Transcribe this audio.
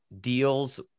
deals